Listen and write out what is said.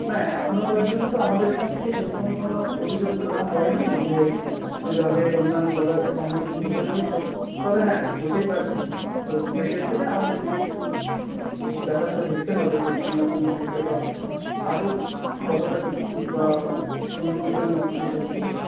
না এখনও পর্যন্ত আমাদের এখান থেকে সেরকম কোনো অভিযোগ তো জমা পড়েনি যে জলে অন্যান্য পদার্থের সংমিশ্রণ ঘটে রয়েছে তবে হ্যাঁ হতেই পারে তো সে ক্ষেত্রে আমাদেরকে একটু ব্যাপারটা দেখতে হবে যে কেন এরকম হয়েছে বা আদৌ কতটা সত্যি বা অন্য অন্যান্য বিষয়গুলো